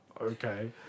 Okay